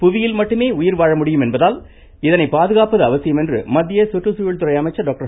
புவியில் மட்டுமே உயிர்வாழ முடியும் என்பதால் இதனை பாதுகாப்பது அவசியம் என்று மத்திய சுற்றுச்சூழல் துறை அமைச்சர் டாக்டர்